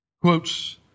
quotes